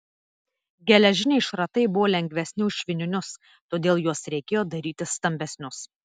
geležiniai šratai buvo lengvesni už švininius todėl juos reikėjo daryti stambesnius